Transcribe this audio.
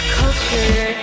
culture